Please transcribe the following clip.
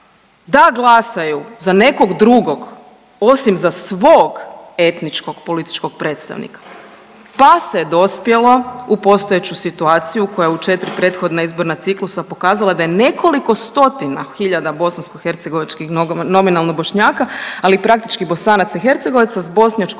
da glasaju za nekog drugog osim za svog etničko političkog predstavnika, pa se dospjelo u postojeću situaciju koja je u 4 prethodna izborna ciklusa pokazala da je nekoliko stotina hiljada bosansko-hercegovačkih nominalno Bošnjaka, ali praktički Bosanaca i Hercegovaca s